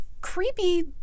creepy